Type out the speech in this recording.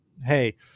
Hey